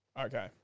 Okay